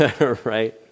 Right